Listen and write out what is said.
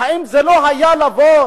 האם זה לא היה לבוא,